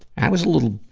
i was a little,